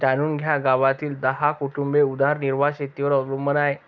जाणून घ्या गावातील दहा कुटुंबे उदरनिर्वाह शेतीवर अवलंबून आहे